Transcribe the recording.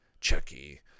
Chucky